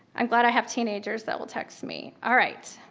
i'm glad i have teenagers that will text me. alright.